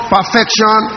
Perfection